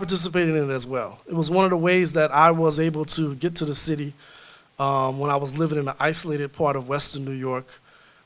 participated in it as well it was one of the ways that i was able to get to the city when i was living in an isolated part of western new york